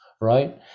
right